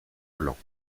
blancs